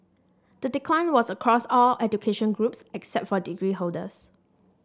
the decline was across all education groups except for degree holders